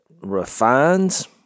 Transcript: refines